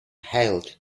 hailed